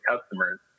customers